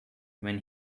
when